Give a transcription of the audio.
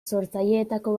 sortzaileetako